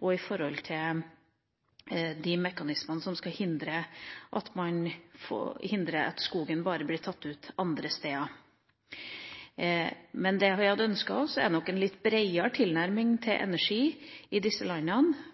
og når det gjelder de mekanismene som skal hindre at skogen bare blir tatt ut andre steder. Det vi hadde ønsket oss, var nok en litt bredere tilnærming til energi i disse landene,